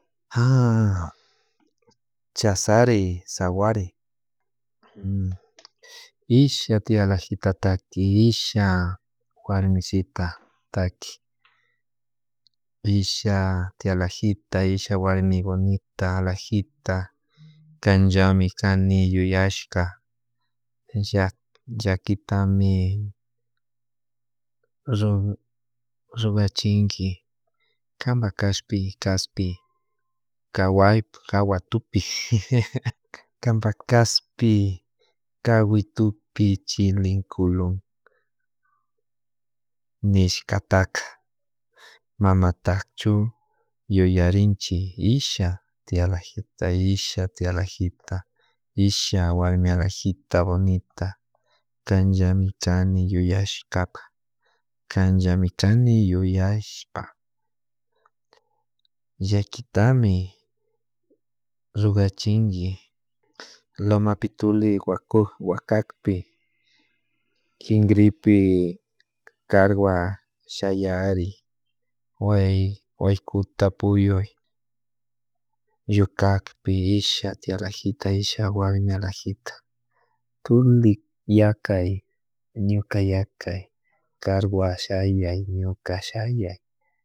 chasari sawari isha tia alajita taki isha warmisita taki isha tia alajita, isha warmi bonita, alajita, kanllami kani yuyashka llakitami run runachinki kama kashpi kaspi kaway kawatupik kampa kaspi kawitupi chilinkulun nishka taka mamatachu yuyarinchik isha tia aljita, asha tia alajita, isha warmi alajita bonita kanllami kani yuyashkapa kan llami kani yuyashpa llakitami rukachinlli lumapituli wakukwa kakpi kinkripí karwa shaya ari way waykukta puyuy llukapi isha tia alajita, isha warmi alajita tuli yakay ñuka yakay karwa shayan ñukashaya